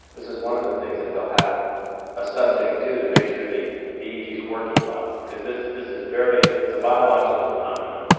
this is one of the things that they'll have a subject do to make sure the the eeg is working well. because this this is very it's a biological phenomenon.